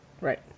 Right